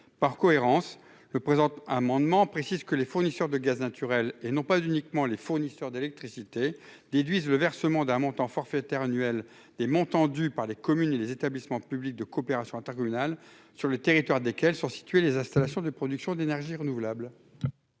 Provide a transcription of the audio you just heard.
Par cohérence, cet amendement vise à préciser que les fournisseurs de gaz naturel, et non pas uniquement les fournisseurs d'électricité déduisent le versement d'un montant forfaitaire annuel des montants dus par les communes et les établissements publics de coopération intercommunale sur le territoire desquels sont situées les installations de production d'énergie renouvelable.